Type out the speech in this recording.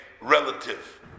relative